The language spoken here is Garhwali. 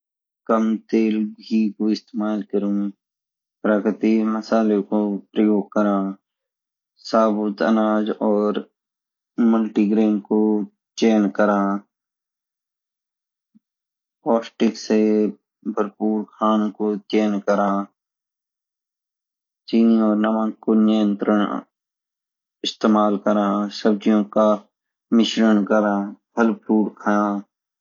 काम टेल घी कु इस्तमाल करे प्राकृतिक मलसालो का पर्योग करा साबुत अनाज और मल्टीग्रैन का चेयन करा पौष्टिक साई भरपूर खानु को चयन करा चीनी और नमक का नियंत्रण इस्तेमाल करा सब्जी का मिश्रण करा फूल फ्रूट खाया